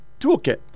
toolkit